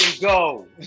go